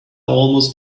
almost